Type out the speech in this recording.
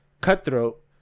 Cutthroat